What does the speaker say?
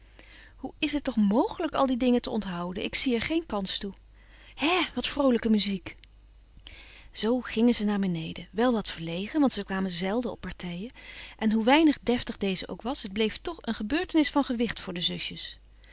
hoe is het toch mogelijk al die dingen te onthouden ik zie er geen kans toe hè wat vroolijke muziek zoo gingen ze naar beneden wel wat verlegen want ze kwamen zelden op partijen en hoe weinig deftig deze ook was het bleef toch een gebeurtenis van gewicht voor de zusjes